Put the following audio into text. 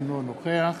אינו נוכח